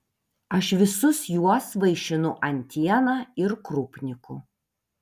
aš visus juos vaišinu antiena ir krupniku